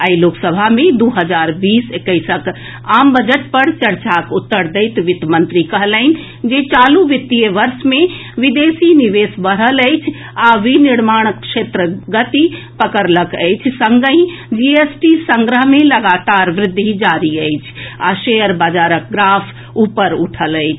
आइ लोकसभा मे दू हजार बीस एक्कैसक आम बजट पर चर्चाक उत्तर दैत वित्तमंत्री कहलनि जे चालू वित्तीय वर्ष मे विदेशी निवेश बढ़ल अछि आ विनिर्माण क्षेत्र गति पकड़क अछि संगहि जीएसटी संग्रह मे लगातार वृद्धि जारी अछि आ शेयर बाजारक ग्राफ ऊपर उठल अछि